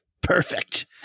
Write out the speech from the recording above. Perfect